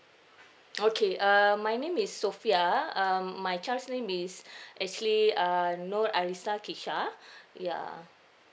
okay err my name is sofia um my child's name is actually err nur alisa qisya ya